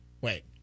wait